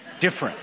different